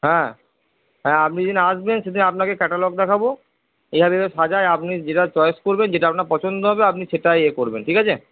হ্যাঁ হ্যাঁ আপনি যেদিন আসবেন সেদিন আপনাকে ক্যাটালগ দেখাবো সাজায় আপনি যেটা চয়েস করবেন যেটা আপনার পছন্দ হবে আপনি সেটাই ইয়ে করবেন ঠিক আছে